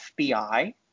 FBI